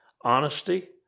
honesty